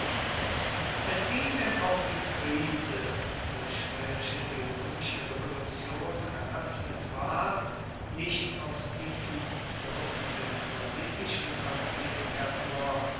es ging denn auch die krise durch welche die römische revolution eröffnet ward nicht aus diesem dürftigen politischen konflikt hervor